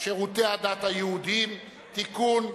שירותי הדת היהודיים (תיקון,